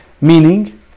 Meaning